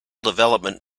development